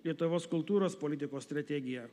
lietuvos kultūros politikos strategiją